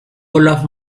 olaf